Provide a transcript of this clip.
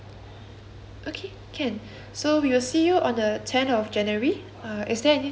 okay can so we will see you on the tenth of january uh is there anything else